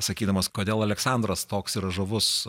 sakydamas kodėl aleksandras toks yra žavus